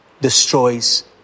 destroys